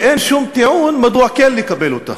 ואין שום טיעון מדוע כן לקבל אותה.